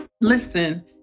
listen